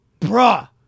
Bruh